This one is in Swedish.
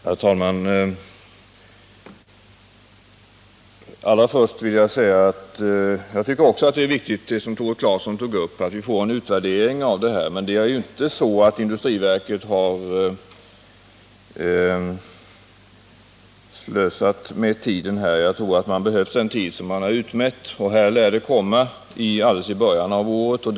Herr talman! Allra först vill jag säga att jag också tycker att det är riktigt — som Tore Claeson tog upp - att vi får en utvärdering av energisparstödet. Men det är inte så att industriverket har slösat med tiden. Jag tycker att man behöver den tid som man har utmätt, och utvärderingen lär komma alldeles i början av nästa år.